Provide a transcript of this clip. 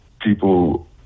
people